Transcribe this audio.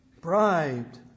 bribed